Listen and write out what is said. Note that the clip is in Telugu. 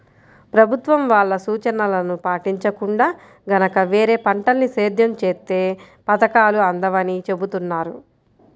ప్రభుత్వం వాళ్ళ సూచనలను పాటించకుండా గనక వేరే పంటల్ని సేద్యం చేత్తే పథకాలు అందవని చెబుతున్నారు